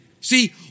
See